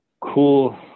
cool